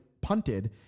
punted